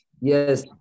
Yes